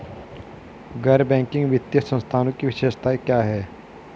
गैर बैंकिंग वित्तीय संस्थानों की विशेषताएं क्या हैं?